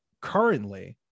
currently